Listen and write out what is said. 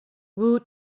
woot